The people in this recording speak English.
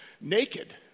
Naked